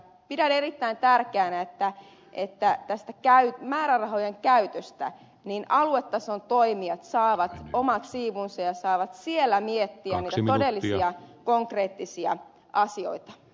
pidän erittäin tärkeänä että tästä määrärahojen käytöstä aluetason toimijat saavat omat siivunsa ja saavat siellä miettiä niitä todellisia konkreettisia asioita